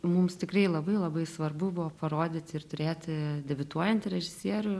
mums tikrai labai labai svarbu buvo parodyti ir turėti debiutuojantį režisierių